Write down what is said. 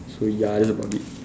so ya that's about it